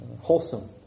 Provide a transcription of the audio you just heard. wholesome